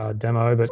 ah demo, but